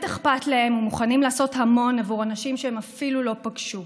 אכפת להם ומוכנים לעשות המון עבור אנשים שהם אפילו לא פגשו.